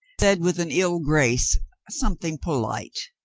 said with an ill grace something polite.